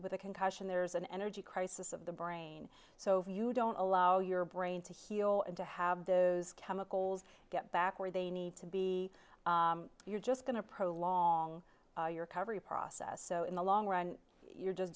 with a concussion there's an energy crisis of the brain so if you don't allow your brain to heal and to have those chemicals get back where they need to be you're just going to prolong your cover your process so in the long run you're just